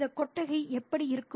இந்த கொட்டகை எப்படி இருக்கும்